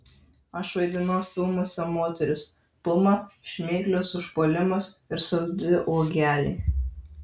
aš vaidinau filmuose moteris puma šmėklos užpuolimas ir saldi uogelė